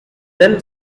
then